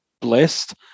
blessed